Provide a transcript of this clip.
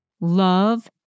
love